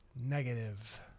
negative